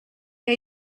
què